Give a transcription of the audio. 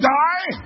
die